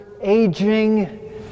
aging